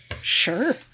Sure